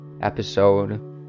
episode